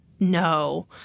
No